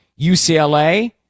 UCLA